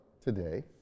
today